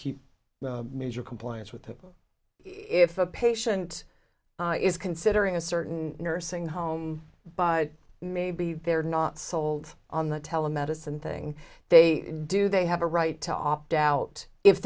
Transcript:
keep major compliance with if a patient is considering a certain nursing home but maybe they're not sold on the telemedicine thing they do they have a right to opt out if